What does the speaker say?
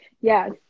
Yes